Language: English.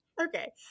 Okay